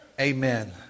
Amen